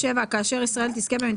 אני רוצה שנעשה שם סדר.